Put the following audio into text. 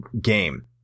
game